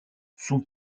son